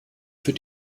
für